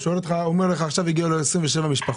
הוא אומר לך שעכשיו הגיעו לו 27 משפחות.